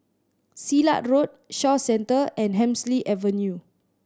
Silat Road Shaw Centre and Hemsley Avenue